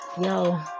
yo